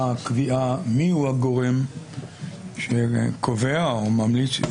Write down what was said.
הקביעה מי הוא הגורם שקובע או ממליץ,